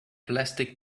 plastic